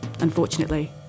Unfortunately